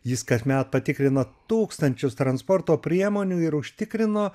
jis kasmet patikrina tūkstančius transporto priemonių ir užtikrino